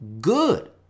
good